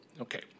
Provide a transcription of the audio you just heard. Okay